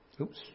Oops